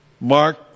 Mark